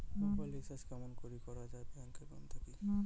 Mobile recharge কেমন করি করা যায় ব্যাংক একাউন্ট থাকি?